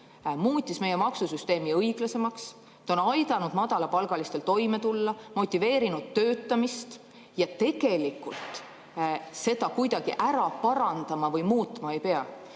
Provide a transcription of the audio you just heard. muutis meie maksusüsteemi õiglasemaks, see on aidanud madalapalgalistel toime tulla ja motiveerinud [rohkem] töötama ning seda kuidagi parandama või muutma ei pea.